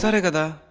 so together.